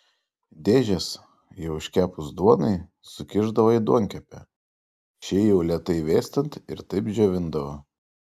dėžes jau iškepus duonai sukišdavo į duonkepę šiai jau lėtai vėstant ir taip džiovindavo